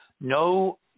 no